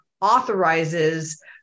authorizes